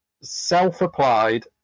self-applied